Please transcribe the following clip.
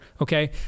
Okay